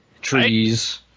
Trees